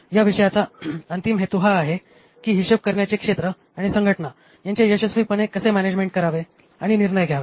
या विषयाचा अंतिम हेतू हा आहे की हिशेब करण्याचे क्षेत्रआणि संघटना यांचे यशस्वीपणे कसे मॅनेजमेंट करावे आणि निर्णय घ्यावे